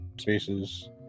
spaces